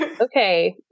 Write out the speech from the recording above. Okay